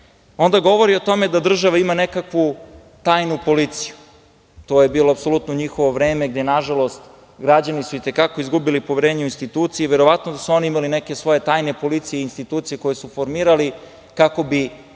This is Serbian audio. itd. Onda, govori o tome da država ima nekakvu tajnu policiju. To je bilo apsolutno njihovo vreme gde, nažalost, građani su i te kako izgubili poverenje u institucije. Verovatno da su oni imali neke svoje tajne policije i institucije koje su formirali kako bi